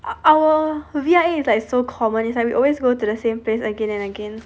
our V_I_A is like so common is like we always go to the same place again and again